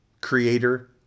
creator